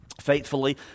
faithfully